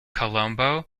colombo